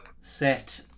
Set